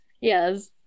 yes